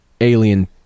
alien